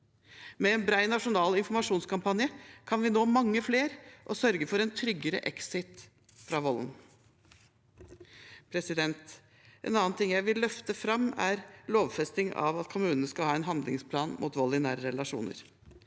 Med en bred nasjonal informasjonskampanje kan vi nå mange flere og sørge for en tryggere exit fra volden. En annen ting jeg vil løfte fram, er lovfesting av at kommunene skal ha en handlingsplan mot vold i nære relasjoner.